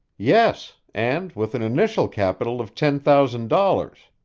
yes and with an initial capital of ten thousand dollars,